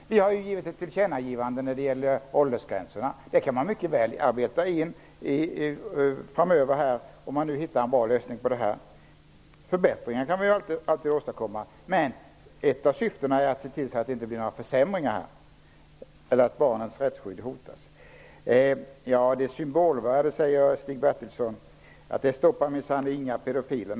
Vi har gjort ett tillkännagivande när det gäller åldersgränserna. Det kan man mycket väl arbeta in framöver om man hittar en bra lösning. Förbättringar kan man alltid åstadkomma. Men ett av syftena är att se till att det inte blir några försämringar eller att barnens rättsskydd hotas. Det är ett symbolvärde, säger Stig Bertilsson. Det stoppar minsann inga pedofiler.